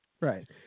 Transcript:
Right